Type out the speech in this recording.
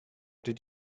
did